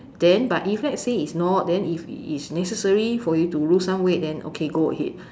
then but if let's say it's not then if it is necessary for you to lose some weight then okay go ahead